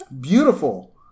Beautiful